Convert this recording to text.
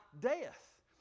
death